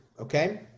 Okay